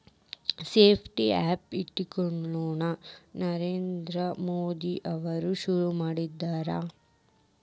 stand up India ನ ನರೇಂದ್ರ ಮೋದಿ ಅವ್ರು ಶುರು ಮಾಡ್ಯಾರ